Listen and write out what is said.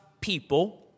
people